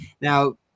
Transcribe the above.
Now